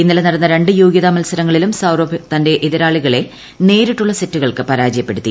ഇന്നലെ നടന്ന രണ്ടു യോഗ്യതാ മത്സരങ്ങളിലും സൌരഭ് തന്റെ എതിരാളികളെ നേരിട്ടുള്ള സെറ്റുകൾക്കു പരാജയപ്പെടുത്തി